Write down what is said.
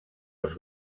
els